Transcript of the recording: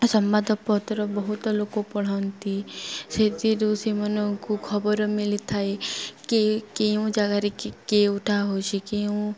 ସମ୍ବାଦପତ୍ର ବହୁତ ଲୋକ ପଢ଼ନ୍ତି ସେଥିରୁ ସେମାନଙ୍କୁ ଖବର ମଳିଥାଏ କି କେଉଁ ଜାଗାରେ କି କେଉଁଟା ହେଉଛିି କେଉଁ